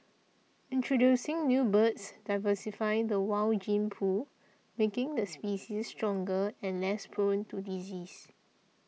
introducing new birds diversify the wild gene pool making the species stronger and less prone to disease